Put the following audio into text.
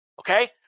Okay